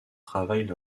travaillent